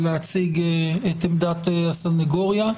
להציג עמדת הסנגוריה.